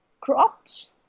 crops